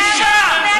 אבל, בושה.